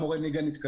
אני רוצה לציין,